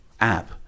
app